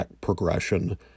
progression